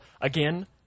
Again